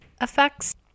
effects